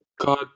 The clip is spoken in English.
God